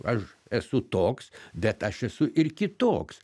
aš esu toks bet aš esu ir kitoks